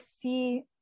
see